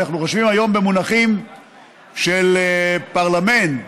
אנחנו חושבים היום במונחים של פרלמנט,